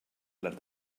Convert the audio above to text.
les